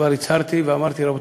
כבר הצהרתי ואמרתי: רבותי,